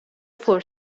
فور